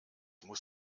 muss